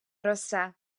роса